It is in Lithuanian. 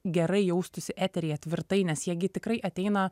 gerai jaustųsi eteryje tvirtai nes jie gi tikrai ateina